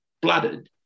blooded